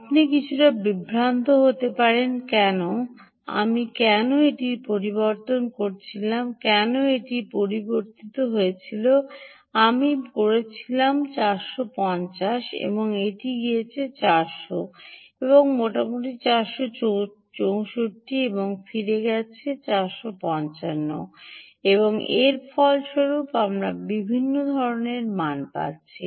আপনি কিছুটা বিভ্রান্ত হতে পারেন কেন আমি কেন এটি পরিবর্তন করেছিলাম কেন এটি এখানে পরিবর্তিত হয়েছিল আমি বলেছিলাম 450 এবং এটি গিয়েছিল 400 এবং মোটামুটি 464 এবং ফিরে গেছে 455 এবং এর ফলস্বরূপ আমরা বিভিন্ন মান পাচ্ছি